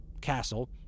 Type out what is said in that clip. castle